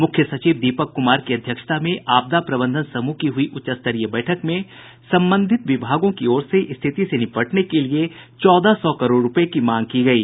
मुख्य सचिव दीपक कुमार की अध्यक्षता में आपदा प्रबंधन समूह की हुई उच्चस्तरीय बैठक में संबंधित विभागों की ओर से स्थिति से निपटने के लिए चौदह सौ करोड़ रूपये की मांग की गयी